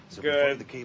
Good